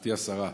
גברתי השרה,